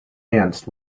ants